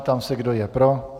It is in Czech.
Ptám se, kdo je pro?